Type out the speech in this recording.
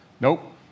Nope